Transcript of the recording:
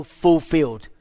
fulfilled